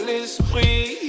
l'esprit